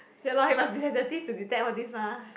ya loh he must be sensitive to detect all these mah